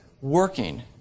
working